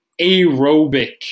aerobic